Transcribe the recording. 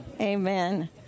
Amen